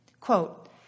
Quote